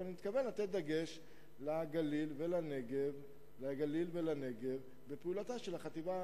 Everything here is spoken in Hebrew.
אבל אני מתכוון לשים דגש בגליל ובנגב בפעולה של החטיבה